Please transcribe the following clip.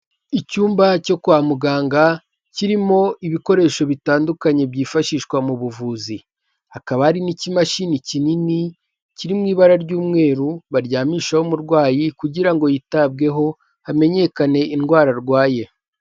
Icyumba cyo kwa muganga kirimo ibikoresho bitandukanye byifashishwa mu buvuzi hakaba hari n'ikimashini kinini kiri mu ibara ry'umweru baryamishaho umurwayi kugira ngo yitabweho hamenyekane indwara arwaye.